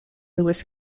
lewis